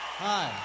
hi